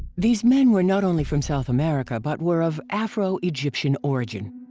these men were not only from south america but were of afro egyptian origin.